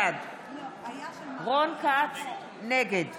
בעד רון כץ, נגד